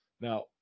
Now